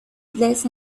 less